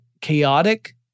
chaotic